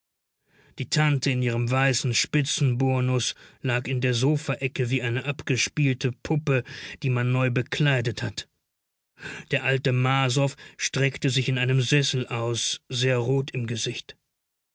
die tante in ihrem weißen spitzenburnus lag in der sofaecke wie eine abgespielte puppe die man neu bekleidet hat der alte marsow streckte sich in einem sessel aus sehr rot im gesicht